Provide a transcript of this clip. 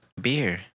Beer